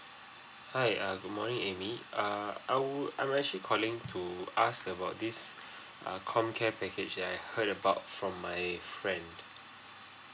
hi err good morning amy uh I would I'm actually calling to ask about this uh com care package that I heard about from my friend